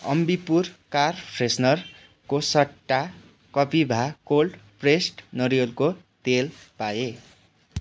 Ambi Pur car फ्रेसनरको सट्टा Kapiva cold pressed नरिवलको तेल पाएँ